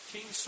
King